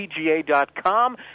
PGA.com